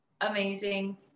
amazing